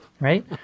Right